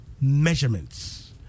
measurements